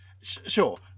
Sure